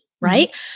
right